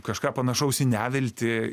kažką panašaus į neviltį